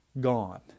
gone